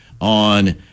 on